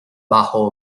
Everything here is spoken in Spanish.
bajo